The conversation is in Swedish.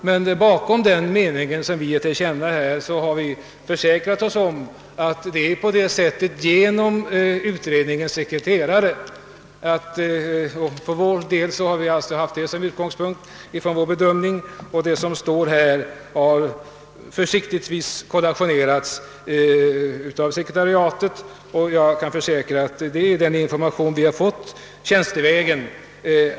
Men vi har hos utredningens sekreterare försäkrat oss om att det förhåller sig så som vi skrivit. Detta har varit utgångspunkten för vår bedömning, och vår skrivning har vi alltså försiktigtvis kollationerat genom sekretariatets försorg. Jag kan sålunda försäkra, att denna skrivning överensstämmer med den information som vi fått tjänstevägen.